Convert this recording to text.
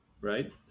right